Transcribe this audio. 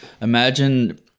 Imagine